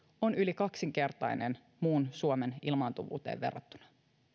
on yli kaksinkertainen muun suomen ilmaantuvuuteen verrattuna